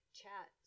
chat